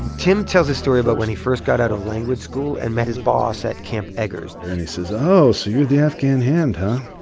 tim tells a story about when he first got out of language school and met his boss at camp eggers and he says, oh, so you're the afghan hand, huh?